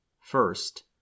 First